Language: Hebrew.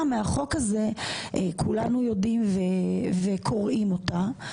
מהחוק הזה כולנו יודעים וקוראים אותה.